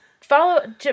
Follow